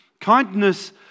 Kindness